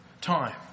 time